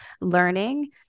learning